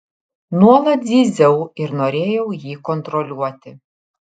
nuolat zyziau ir norėjau jį kontroliuoti